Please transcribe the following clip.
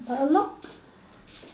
a lot